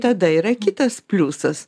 tada yra kitas pliusas